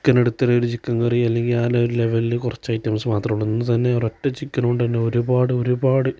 chicken എടുത്താൽ ഒരു chicken curry അല്ലെങ്കിൽ ആ ലെവൽ ലെവലില് കുറച്ച് ഐറ്റംസ് മാത്രമുള്ളു ഇന്നു തന്നെ ഒരൊറ്റ ചിക്കൻ കൊണ്ടുതന്നെ ഒരുപാട് ഒരുപാട്